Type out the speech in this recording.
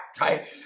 right